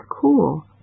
cool